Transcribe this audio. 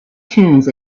tunes